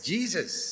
Jesus